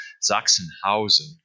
Sachsenhausen